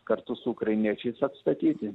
kartu su ukrainiečiais atstatyti